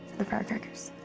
the firecrackers.